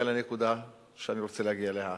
לנקודה שאני רוצה להגיע אליה עכשיו.